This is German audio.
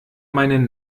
meinen